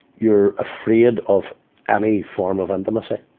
you're afraid of any form of intimacy,